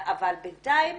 אבל בינתיים